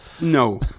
No